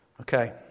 Okay